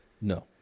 No